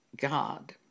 God